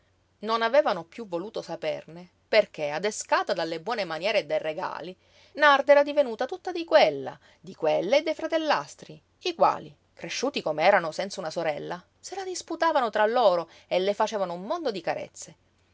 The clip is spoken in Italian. non avevano piú voluto saperne perché adescata dalle buone maniere e dai regali narda era divenuta tutta di quella di quella e dei fratellastri i quali cresciuti com'erano senza una sorella se la disputavano tra loro e le facevano un mondo di carezze